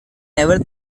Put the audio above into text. never